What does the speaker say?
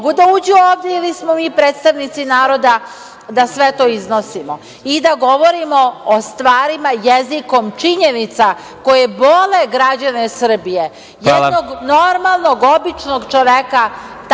mogu da uđu ovde ili smo mi predstavnici naroda da sve to iznosimo i da govorimo o stvarima jezikom činjenica koje bole građane Srbije? Jednog normalnog, običnog čoveka